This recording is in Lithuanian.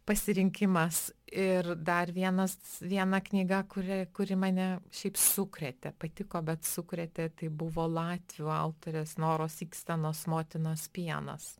pasirinkimas ir dar vienas viena knyga kuriai kuri mane šiaip sukrėtė patiko bet sukrėtė tai buvo latvių autorės noros ikstenos motinos pienas